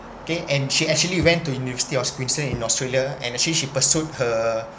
okay and she actually went to university of queensland in australia and actually pursued